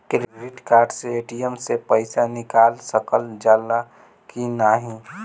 Credit card से ATM से पइसा निकाल सकल जाला की नाहीं?